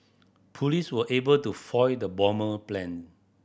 police were able to foil the bomber plan